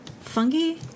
fungi